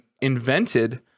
invented